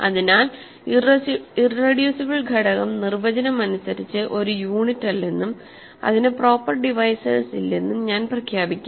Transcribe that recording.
അതിനാൽ ഇറെഡ്യുസിബിൾ ഘടകം നിർവചനം അനുസരിച്ച് ഒരു യൂണിറ്റല്ലെന്നും അതിന് പ്രോപ്പർ ഡിവൈസേഴ്സ് ഇല്ലെന്നും ഞാൻ പ്രഖ്യാപിക്കും